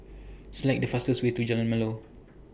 Select The fastest Way to Jalan Melor